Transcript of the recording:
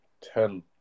Ten